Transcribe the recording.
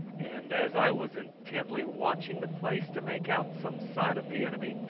and as i was intently watching the place to make out some sign of the enemy,